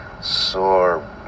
sore